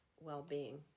well-being